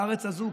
בארץ הזאת,